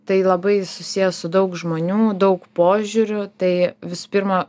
tai labai susiję su daug žmonių daug požiūrių tai visų pirma